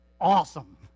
awesome